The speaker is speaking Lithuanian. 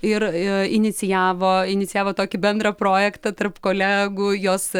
ir inicijavo inicijavo tokį bendrą projektą tarp kolegų jos